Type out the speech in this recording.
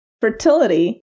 fertility